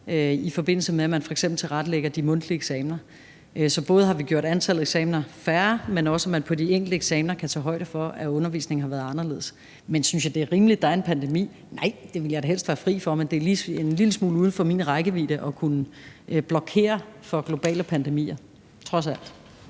i forbindelse med at man f.eks. tilrettelægger de mundtlige eksamener. Vi har både gjort antallet af eksamener mindre, men vi har også muliggjort, at man ved de enkelte eksamener kan tage højde for, at undervisningen har været anderledes. Men synes jeg, det er rimeligt, at der er en pandemi? Nej, det ville jeg da helst være fri for, men det er en lille smule uden for min rækkevidde at kunne blokere for globale pandemier – trods alt.